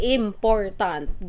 important